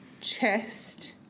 chest